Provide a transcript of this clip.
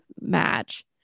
match